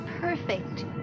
perfect